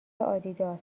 آدیداس